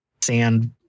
sand